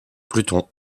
pluton